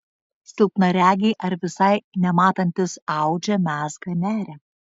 silpnaregiai ar visai nematantys audžia mezga neria